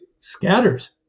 scatters